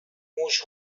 موش